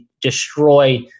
destroy